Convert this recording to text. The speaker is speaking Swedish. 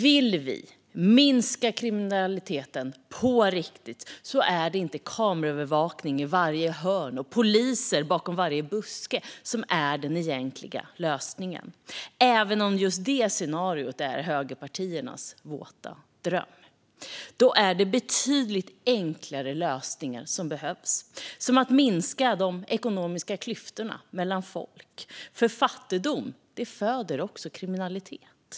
Vill vi minska kriminaliteten på riktigt är det inte kameraövervakning i varje hörn och poliser bakom varje buske som är den egentliga lösningen, även om just det scenariot är högerpartiernas våta dröm. Då är det betydligt enklare lösningar som behövs, som att minska de ekonomiska klyftorna mellan folk, för fattigdom föder också kriminalitet.